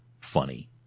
funny